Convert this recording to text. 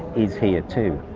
is here, too.